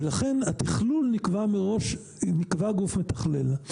ולכן, נקבע גוף מתכלל.